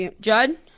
Judd